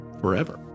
Forever